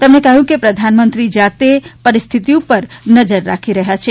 તેમણે કહ્યું કે પ્રધાનમંત્રી જાતે પરિસ્થિતી ઉપર નજર રાખી રહ્યા છે